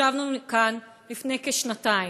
ישבנו כאן לפני כשנתיים,